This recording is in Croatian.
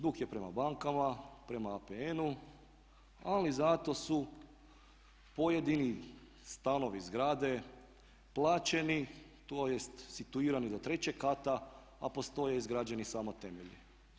Dug je prema bankama, prema APN-u, ali zato su pojedini stanovi, zgrade plaćeni tj. situirani do trećeg kata, a postoje izgrađeni samo temelji.